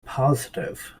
positive